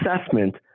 assessment